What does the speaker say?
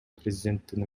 президенттин